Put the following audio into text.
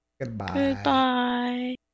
Goodbye